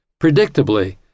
predictably